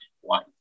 one